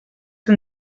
que